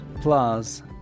Plus